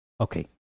Okay